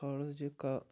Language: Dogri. साढ़ा जेह्का